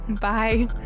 Bye